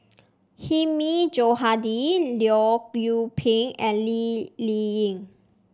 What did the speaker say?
Hilmi Johandi Leong Yoon Pin and Lee Ling Yen